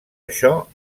això